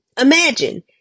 Imagine